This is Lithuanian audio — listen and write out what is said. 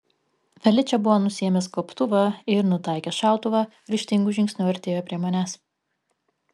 feličė buvo nusiėmęs gobtuvą ir nutaikęs šautuvą ryžtingu žingsniu artėjo prie manęs